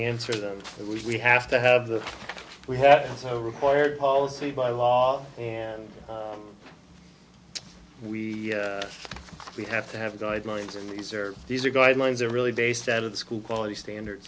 answer them but we have to have the we have also required policy by law and we we have to have guidelines and these are these are guidelines are really based out of school quality standard